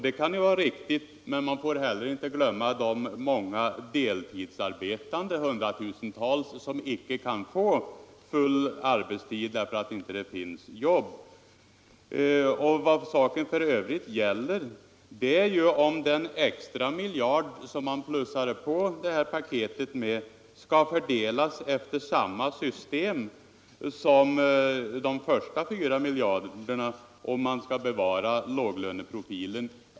Det kan vara riktigt, men vi får heller inte glömma de hundratusentals deltidsarbetande som inte kan få full arbetstid därför att det inte finns jobb. Vad saken gäller är för övrigt om den extra miljard som man ökar på paketet med skall fördelas efter samma system som de första 4 miljarderna, om man skall bevara låglöneprofilen.